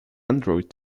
android